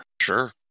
Sure